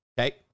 Okay